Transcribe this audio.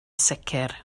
sicr